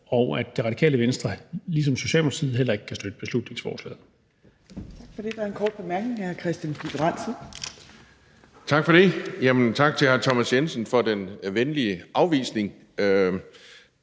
og at Det Radikale Venstre, ligesom Socialdemokratiet, heller ikke kan støtte beslutningsforslaget.